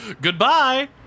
Goodbye